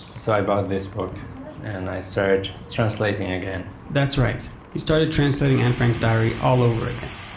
so i bought this book and i started translating again that's right. he started translating anne frank's diary all over again.